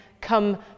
come